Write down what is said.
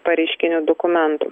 pareiškinių dokumentų